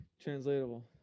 translatable